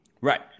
Right